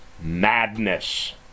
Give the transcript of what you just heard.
madness